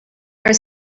our